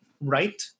Right